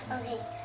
Okay